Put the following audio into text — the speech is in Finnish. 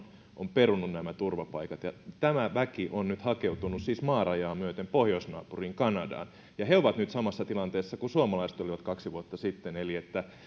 on perunut nämä turvapaikat ja tämä väki on nyt hakeutunut siis maarajaa myöten pohjoisnaapuriin kanadaan he ovat nyt samassa tilanteessa kuin suomalaiset olivat kaksi vuotta sitten eli